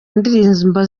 ndirimbo